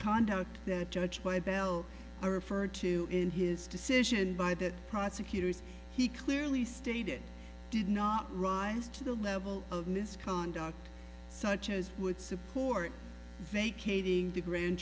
conduct that judged by bell referred to in his decision by the prosecutors he clearly stated it did not rise to the level of misconduct such as would support vacating the grand